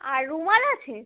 আর রুমাল আছে